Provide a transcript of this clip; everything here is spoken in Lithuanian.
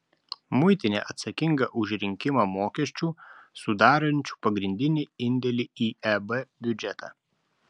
muitinė atsakinga už rinkimą mokesčių sudarančių pagrindinį indėlį į eb biudžetą